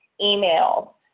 email